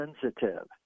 sensitive